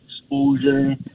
exposure